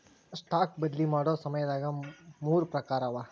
stock ಬದ್ಲಿ ಮಾಡೊ ಸಮಯದಾಗ ಮೂರ್ ಪ್ರಕಾರವ